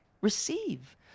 receive